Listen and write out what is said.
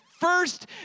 First